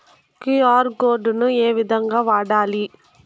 QR code ను ఏ విధంగా వాడాలి?